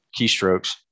keystrokes